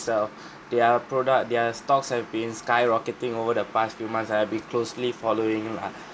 itself their product their stocks have been skyrocketing over the past few months I have been closely following lah